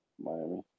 Miami